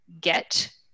get